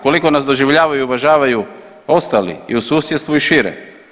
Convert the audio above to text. Koliko nas doživljavaju i uvažavaju ostali i u susjedstvu i šire?